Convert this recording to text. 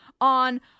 on